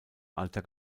alter